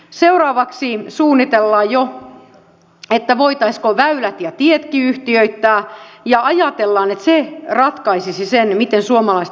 seuraavaksi suunnitellaan jo voitaisiinko väylät ja tietkin yhtiöittää ja ajatellaan että se ratkaisisi sen miten suomalaista liikennepolitiikkaa hoidetaan